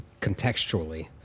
contextually